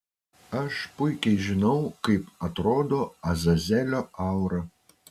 aš puikiai žinau kaip atrodo azazelio aura